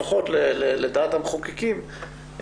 לפחות לדעת המחוקקים,